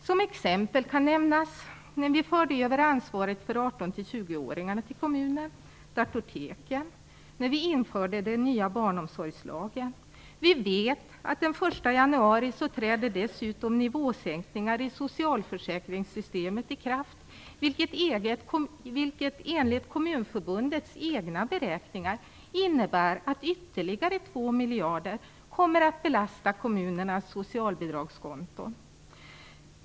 Som exempel kan nämnas när vi förde över ansvaret för 18-20-åringarna till kommunerna, datorteken och den nya barnomsorgslagen. Den 1 januari träder dessutom nivåsänkningar i socialförsäkringssystemet i kraft, vilket enligt Kommunförbundets egna beräkningar innebär att ytterligare 2 miljarder kronor kommer att belasta kommunernas socialbidragskonton.